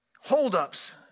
holdups